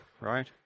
right